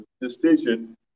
decision